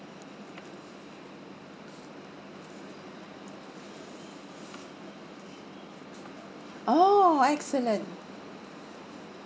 oh excellent